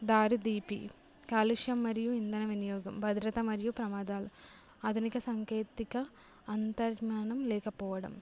దారిదీపి కాలుష్యం మరియు ఇంధన వినియోగం భద్రత మరియు ప్రమాదాలు ఆధునిక సాంకేతిక అంతర్నానం లేకపోవడం